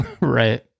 Right